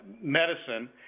medicine